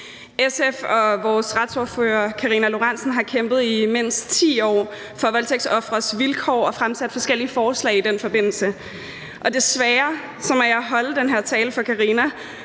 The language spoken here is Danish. SF og vores retsordfører, Karina Lorentzen Dehnhardt, har kæmpet i mindst 10 år for voldtægtsofres vilkår og har fremsat forskellige forslag i den forbindelse. Og desværre må jeg holde den her tale for Karina